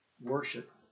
Worship